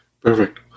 Perfect